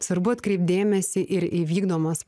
svarbu atkreipt dėmesį ir į vykdomas